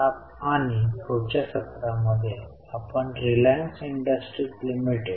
आता मार्च 2020 मधील नफा किंवा तोटा खाते